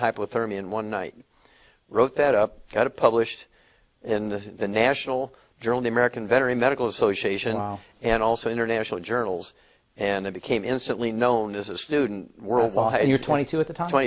hypothermia and one night i wrote that up at a published in the national journal the american veteran medical association and also international journals and i became instantly known as a student world law you're twenty two at the time